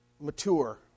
mature